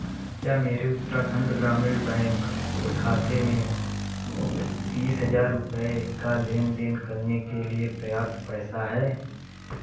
क्या मेरे उत्तराखंड ग्रामीण बैंक खाते में तीस हज़ार रुपये का लेन देन करने के लिए पर्याप्त पैसा है